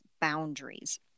boundaries